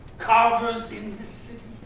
cavers in this